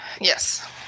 Yes